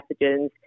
pathogens